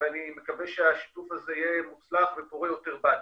אני מקווה שהוא יהיה מוצלח ופורה יותר בעתיד.